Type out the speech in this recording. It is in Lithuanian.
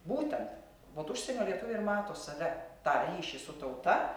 būtent vat užsienio lietuviai ir mato save tą ryšį su tauta